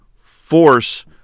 force